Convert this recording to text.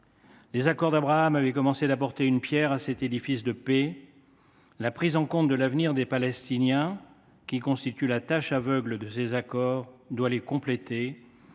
Les accords d’Abraham avaient commencé d’établir une pierre à cet édifice de paix. La prise en compte de l’avenir des Palestiniens, qui constituaient la tache aveugle de ces accords, doit les compléter,